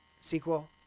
Sequel